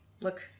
look